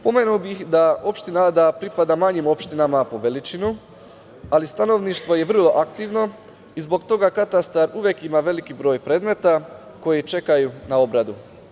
Pomenuo bih da opština Ada pripada manjim opštinama po veličini, ali stanovništvo je vrlo aktivno i zbog toga katastar uvek ima veliki broj predmeta koji čekaju na obradu.